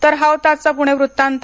तर हा होता आजचा पुणे वृत्तांत